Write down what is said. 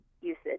usage